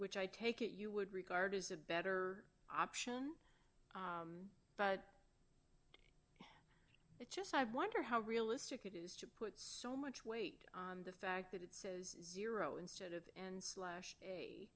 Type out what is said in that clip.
which i take it you would regard as a better option but it just i wonder how realistic it is so much weight on the fact that it says zero instead of and slash